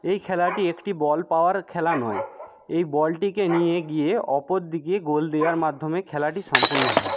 এই খেলাটি একটি বল পাওয়ার খেলা নয় এই বলটিকে নিয়ে গিয়ে অপরদিকে গোল দেওয়ার মাধ্যমে খেলাটি সম্পন্ন হয়